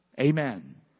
Amen